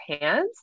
hands